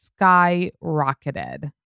skyrocketed